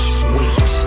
sweet